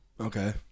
Okay